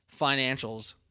financials